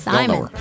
Simon